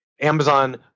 Amazon